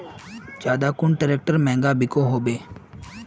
ज्यादा कुन ट्रैक्टर महंगा बिको होबे?